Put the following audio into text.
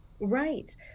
Right